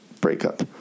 breakup